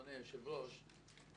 אדוני היושב-ראש.